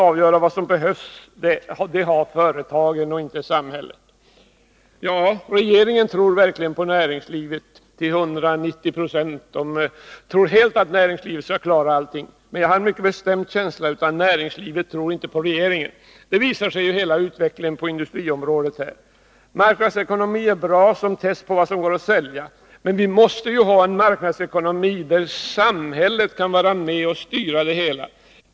Ja, regeringen tror verkligen på näringslivet till 190 26. Den tror helt på att näringslivet skall klara allting. Men jag har en mycket bestämd känsla av att näringslivet inte tror på regeringen — det visar hela utvecklingen på industriområdet. Marknadsekonomi är bra som test på vad som går att sälja. Men vi måste ju ha en marknadsekonomi där samhället kan vara med och styra.